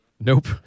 nope